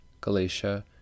Galatia